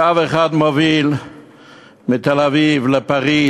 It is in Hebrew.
קו אחד מוביל מתל-אביב לפריז,